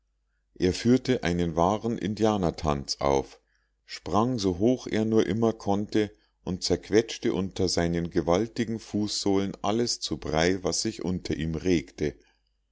er führte einen wahren indianertanz auf sprang so hoch er nur immer konnte und zerquetschte unter seinen gewaltigen fußsohlen alles zu brei was sich unter ihm regte